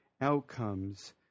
outcomes